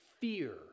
fear